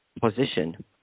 position